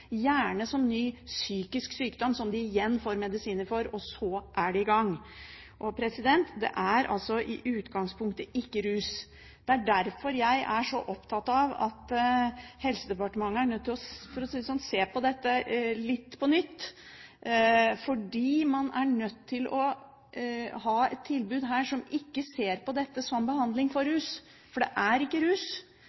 gjerne som ny psykisk sykdom som de igjen får medisiner for – og så er det i gang. Det er altså i utgangspunktet ikke rus. Det er derfor jeg er så opptatt av at Helsedepartementet er nødt til å se litt på dette på nytt, for man er nødt til å ha et tilbud her som ikke ser på dette som behandling for